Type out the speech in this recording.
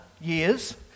years